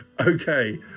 okay